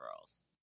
girls